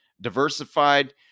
Diversified